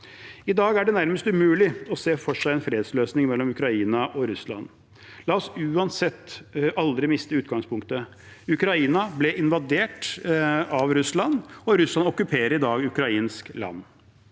I dag er det nærmest umulig å se for seg en fredsløsning mellom Ukraina og Russland. La oss uansett aldri miste utgangspunktet. Ukraina ble invadert av Russland, og Russland okkuperer i dag ukrainsk land.